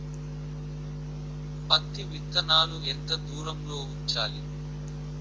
పత్తి విత్తనాలు ఎంత దూరంలో ఉంచాలి?